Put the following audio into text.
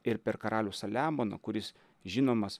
ir per karalių saliamoną kuris žinomas